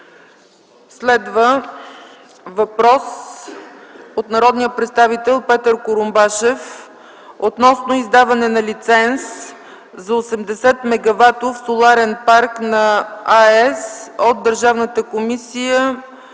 Следва въпрос от народния представител Петър Курумбашев относно издаване на лиценз за 80-мегаватов соларен парк на АЕS от Държавната комисия